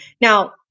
Now